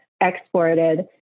exported